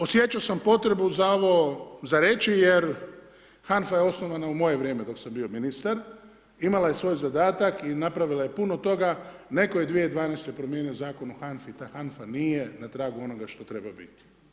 Osjećao sam potrebu za ovo za reći, jer HANFA je osnovana u moje vrijeme dok sam bio ministar, imala je svoj zadatak i napravila je puno toga, netko je 2012. promijenio Zakon o HANFA-i i ta HANFA nije na tragu onoga što treba biti.